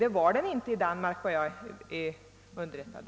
Det var den inte i Danmark, om jag är rätt underrättad.